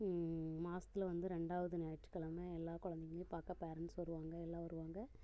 மாசத்தில் வந்து ரெண்டாவது ஞாயிற்றுக்கிழம எல்லா குழந்தைங்களையும் பார்க்க பேரண்ட்ஸ் வருவாங்க எல்லா வருவாங்க